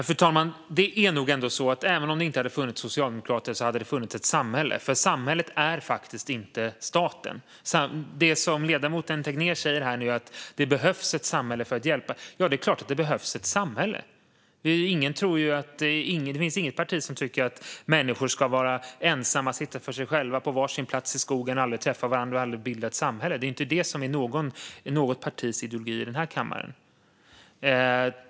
Fru talman! Det är nog så att även om det inte hade funnits socialdemokrater hade det funnits ett samhälle. Samhället är faktiskt inte staten. Det som ledamoten Tegnér säger är att det behövs ett samhälle för att hjälpa till. Det är klart att det behövs ett samhälle. Det finns inget parti som tycker att människor ska vara ensamma, sitta för sig själva på var sin plats i skogen och aldrig träffa varandra och aldrig bilda ett samhälle. Det är inte något partis ideologi i den här kammaren.